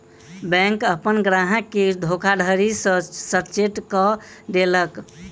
bank अपन ग्राहक के धोखाधड़ी सॅ सचेत कअ देलक